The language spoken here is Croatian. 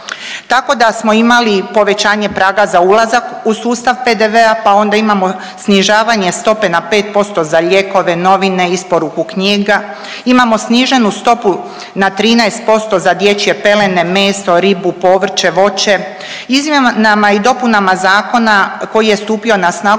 Tako da smo imali povećanje praga za ulazak u sustav PDV-a, pa onda imamo snižavanje stope na 5% za lijekove, novine, isporuku knjiga. Imamo sniženu stopu na 13% za dječje pelene, meso, ribu, povrće, voće. Izmjenama i dopunama zakona koji je stupio na snagu